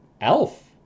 elf